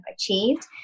achieved